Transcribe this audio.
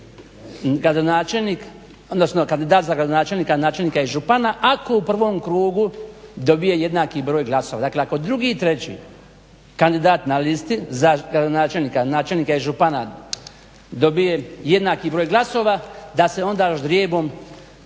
kandidat za gradonačelnika, načelnika i župana ako u prvom krugu dobije jednaki broj glasova. Dakle ako drugi i treći kandidat na listi za gradonačelnika, načelnika i župana dobije jednaki broj glasova da se onda ždrijebom